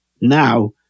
now